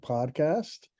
Podcast